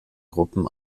gruppen